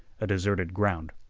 a deserted ground.